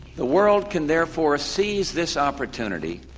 the world can therefore seize this opportunity